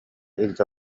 илдьэ